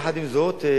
יחד עם זאת,